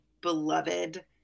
beloved